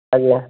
ଆଜ୍ଞା